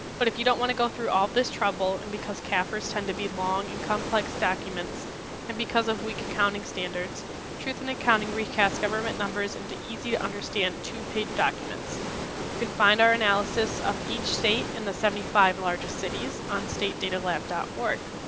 but if you don't want to go through all this trouble and because cafr tend to be long and complex documents and because of weak accounting standards truth in accounting recast government numbers into easy-to-understand two-page documents. you can find our analysis of each state and the seventy-five largest cities on statedatalab org.